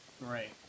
Right